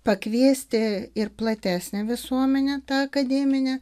pakviesti ir platesnę visuomenę tą akademinę